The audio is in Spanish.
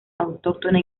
autóctona